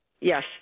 Yes